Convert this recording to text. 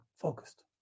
focused